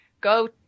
go